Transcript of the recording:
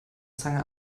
zange